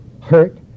hurt